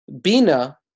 Bina